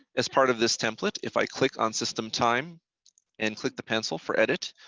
as part of this template, if i click on system time and click the pencil for edit,